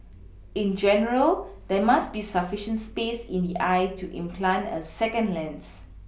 in general there must be sufficient space in the eye to implant a second lens